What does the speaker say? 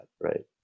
right